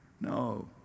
No